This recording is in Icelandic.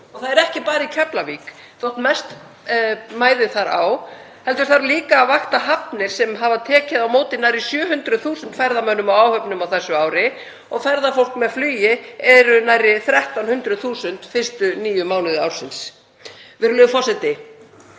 Og það er ekki bara í Keflavík, þótt mest mæði þar á, heldur þarf líka að vakta hafnir sem hafa tekið á móti nærri 700.000 ferðamönnum og áhöfnum á þessu ári og ferðafólk með flugi er nærri 1.300.000 fyrstu níu mánuði ársins. Virðulegur forseti.